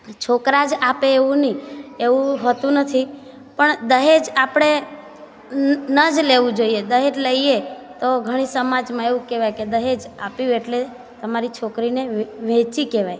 છોકરા જ આપે એવું નહીં એવું હોતું નથી પણ દહેજ આપણે ન જ લેવું જોઈએ દહેજ લઈએ તો ઘણી સમાજમાં એવું કહેવાય કે દહેજ આપ્યું એટલે તમારી છોકરીને વે વેચી વહેંચી કહેવાય